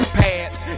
pads